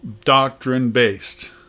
doctrine-based